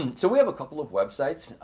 and so we have a couple of websites.